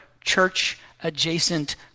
church-adjacent